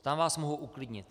Tam vás mohu uklidnit.